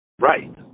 right